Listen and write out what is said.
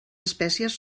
espècies